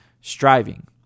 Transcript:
striving